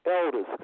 elders